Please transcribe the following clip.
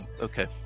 okay